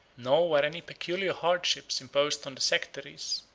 nor were any peculiar hardships imposed on the sectaries,